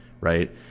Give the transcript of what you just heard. right